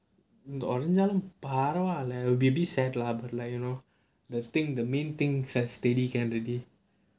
ஒடஞ்சலும் பரவால்ல:odanchaalum paravaala maybe sad lah but like you know the thing the main thing is that steady can already